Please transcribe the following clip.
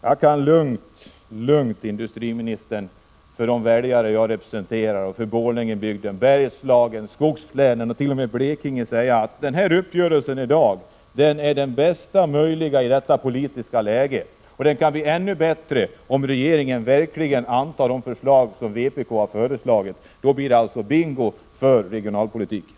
Jag kan lugnt, industriministern, inför de väljare som jag representerar, i Borlängebygden, Bergslagen, skogslänen och t.o.m. Blekinge, säga att denna uppgörelse i dag är den bästa möjliga i detta politiska läge. Det kan bli ännu bättre om regeringen antar de förslag som vpk har lagt fram — då blir det bingo för regionalpolitiken.